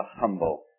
humble